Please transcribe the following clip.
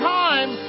time